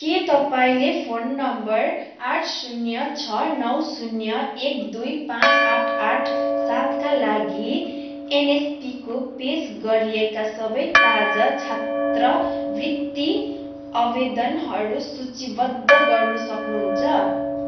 के तपाईँँले phone number आठ शून्य छ नौ शून्य एक दुई पाँच आठ आठ सात का लागि एनएसपीको पेस गरिएका सबै ताजा छात्रवृत्ति अवेदनहरू सूचीबद्ध गर्न सक्नुहुन्छ